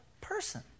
person